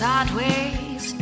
Sideways